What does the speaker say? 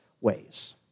ways